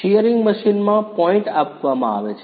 shearing મશીનમાં point આપવામાં આવે છે